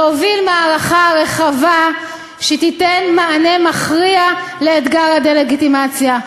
להוביל מערכה רחבה שתיתן מענה מכריע לאתגר הדה-לגיטימציה,